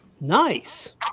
Nice